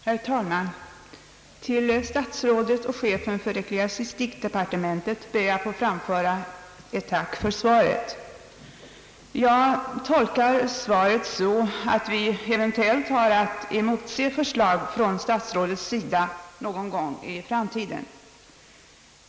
Herr talman! Till statsrådet och chefen för ecklesiastikdepartementet ber jag att få framföra ett tack för svaret. Jag tolkar svaret så, att vi eventuellt har att emotse förslag från statsrådet någon gång i framtiden.